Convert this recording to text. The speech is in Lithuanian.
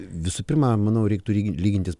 visų pirma manau reiktų lygintis